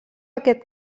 aquest